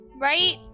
right